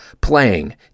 playing